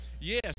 Yes